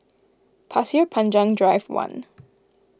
Pasir Panjang Drive one